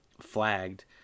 flagged